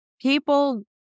people